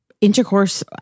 intercourse